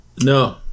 no